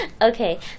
Okay